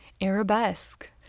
Arabesque